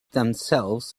themselves